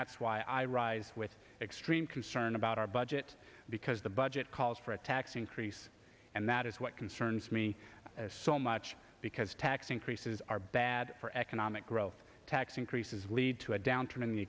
that's why i rise with extreme concern about our budget because the budget calls for a tax increase and that is what concerns me as so much because tax increases are bad for economic growth tax increases lead to a downturn in the